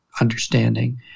understanding